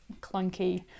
clunky